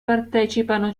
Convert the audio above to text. partecipano